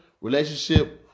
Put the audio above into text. relationship